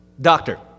doctor